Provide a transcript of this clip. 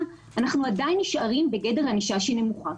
אנחנו עדיין נשארים בגדר ענישה נמוכה.